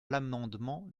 l’amendement